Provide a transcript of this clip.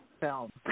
film